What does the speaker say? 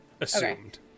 assumed